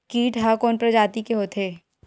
कीट ह कोन प्रजाति के होथे?